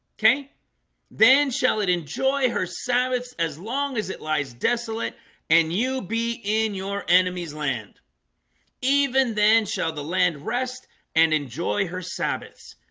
okay then shall it. enjoy her sabbaths as long as it lies desolate and you be in your enemy's land even then shall the land rest and enjoy her sabbaths.